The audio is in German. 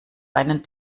einen